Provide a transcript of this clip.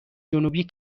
جنوبی